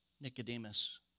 Nicodemus